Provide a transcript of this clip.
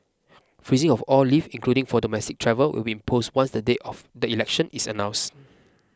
freezing of all leave including for domestic travel will be posed once the date of the election is announced